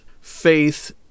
Faith